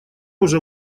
уже